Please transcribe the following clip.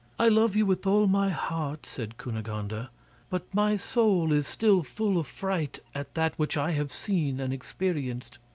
i love you with all my heart, said cunegonde ah but my soul is still full of fright at that which i have seen and experienced.